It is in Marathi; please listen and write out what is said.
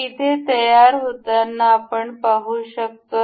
हे इथे तयार होताना आपण पाहू शकता